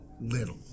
Little